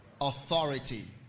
authority